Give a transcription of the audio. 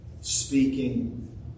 speaking